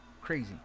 crazy